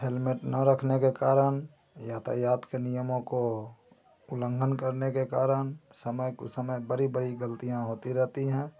helmet न रखने के कारण यातायात के नियमों को उल्लंघन करने के कारण समय कुसमय बड़ी बड़ी गल्तियां होती रहती हैं